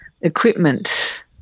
equipment